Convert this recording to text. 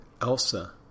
Elsa